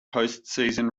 postseason